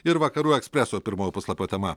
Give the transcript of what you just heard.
ir vakarų ekspreso pirmojo puslapio tema